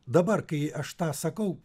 dabar kai aš tą sakau